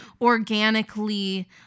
organically